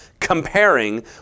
Comparing